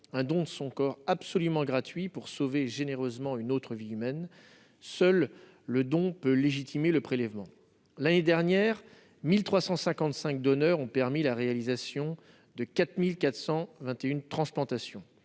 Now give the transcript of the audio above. un don de son corps, absolument gratuit, pour sauver généreusement une autre vie humaine. Seul le don peut légitimer le prélèvement. L'année dernière, 1 355 donneurs ont permis la réalisation de 4 421 transplantations.